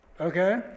Okay